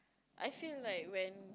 I feel like when